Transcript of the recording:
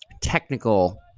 technical